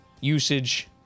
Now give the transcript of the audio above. usage